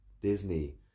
Disney